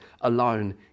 alone